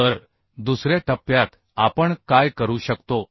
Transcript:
तर दुसऱ्या टप्प्यात आपण काय करू शकतो